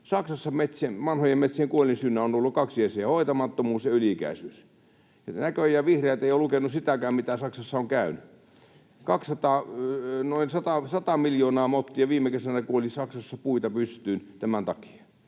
Saksassa vanhojen metsien kuolinsyynä on ollut kaksi asiaa: hoitamattomuus ja yli-ikäisyys. Näköjään vihreät eivät ole lukeneet sitäkään, mitä Saksassa on käynyt. Noin sata miljoonaa mottia viime kesänä kuoli Saksassa puita pystyyn tämän takia.